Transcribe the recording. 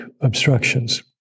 obstructions